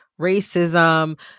racism